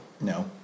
No